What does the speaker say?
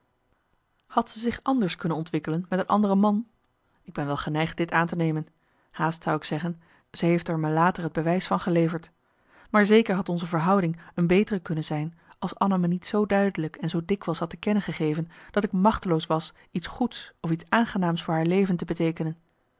had zij zich anders kunnen ontwikkelen met een marcellus emants een nagelaten bekentenis andere man ik ben wel geneigd dit aan te nemen haast zou ik zeggen ze heeft er me later het bewijs van geleverd maar zeker had onze verhouding een betere kunnen zijn als anna me niet zoo duidelijk en zoo dikwijls had te kennen gegeven dat ik machteloos was iets goeds of iets aangenaams voor haar leven te beteekenen